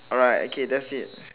alright okay that's it